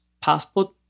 passport